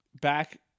back –